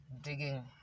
digging